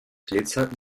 glitzert